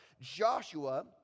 Joshua